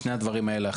שני הדברים האלה,